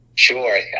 Sure